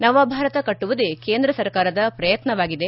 ನವಭಾರತ ಕಟ್ಟವುದೇ ಕೇಂದ್ರ ಸರ್ಕಾರದ ಪ್ರಯತ್ನವಾಗಿದೆ